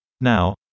Now